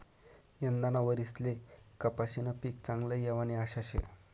यंदाना वरीसले कपाशीनं पीक चांगलं येवानी आशा शे